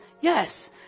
yes